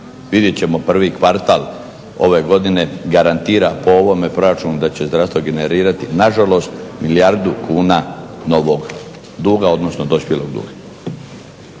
vidjet ćemo prvi kvartal ove godine. garantiram po ovome proračunu da će zdravstvo generirati nažalost milijardu kuna novog duga odnosno dospjelog duga.